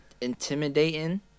intimidating